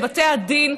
לבתי הדין,